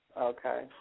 Okay